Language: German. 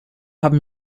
haben